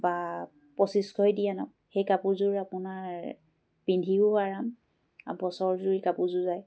বা পঁচিছশই দি আনক সেই কাপোৰযোৰ আপোনাৰ পিন্ধিও আৰাম আৰু বছৰজুৰি কাপোৰযোৰ যায়